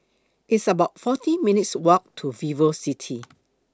It's about forty minutes' Walk to Vivocity